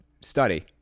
study